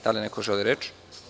Da li neko želi reč?